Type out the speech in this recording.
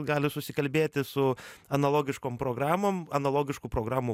gali susikalbėti su analogiškom programom analogiškų programų